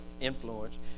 influence